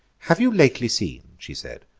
have you lately seen, she said,